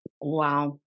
Wow